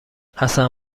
حسن